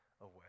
away